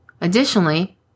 Additionally